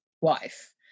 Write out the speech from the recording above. wife